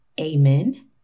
amen